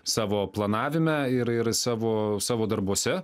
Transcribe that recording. savo planavime ir ir savo savo darbuose